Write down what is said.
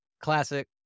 classic